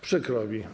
Przykro mi.